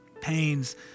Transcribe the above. Pains